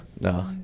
no